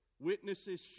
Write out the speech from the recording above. Witnesses